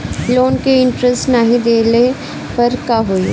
Loan के interest नाही देहले पर का होई?